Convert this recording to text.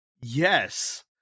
Yes